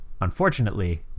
unfortunately